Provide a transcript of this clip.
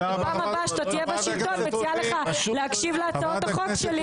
בפעם הבאה שאתה תהיה בשלטון מציעה לך להקשיב להצעות החוק שלי,